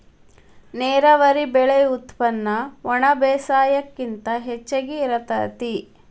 ನೇರಾವರಿ ಬೆಳೆ ಉತ್ಪನ್ನ ಒಣಬೇಸಾಯಕ್ಕಿಂತ ಹೆಚಗಿ ಇರತತಿ